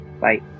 Bye